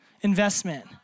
investment